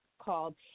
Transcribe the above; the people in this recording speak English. called